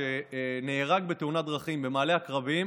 שנהרג בתאונת דרכים במעלה עקרבים